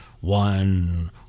one